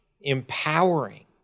empowering